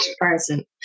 person